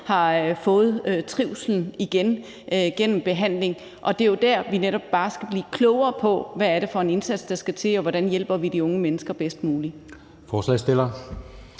har fået trivslen igen gennem behandling. Og det er jo der, vi netop bare skal blive klogere på, hvad det er for en indsats, der skal til, og hvordan vi hjælper de unge mennesker bedst muligt.